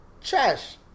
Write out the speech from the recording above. trash